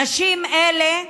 נשים אלה,